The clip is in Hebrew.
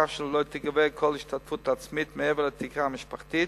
כך שלא תיגבה כל השתתפות עצמית מעבר לתקרה המשפחתית,